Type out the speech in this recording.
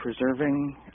preserving